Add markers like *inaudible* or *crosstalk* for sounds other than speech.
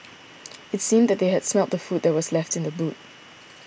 *noise* it seemed that they had smelt the food that was left in the boot